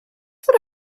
what